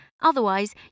Otherwise